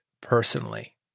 personally